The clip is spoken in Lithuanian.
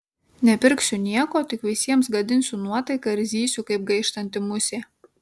nepirksiu nieko tik visiems gadinsiu nuotaiką ir zysiu kaip gaištanti musė